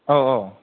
औ औ